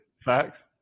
Facts